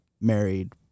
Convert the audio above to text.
married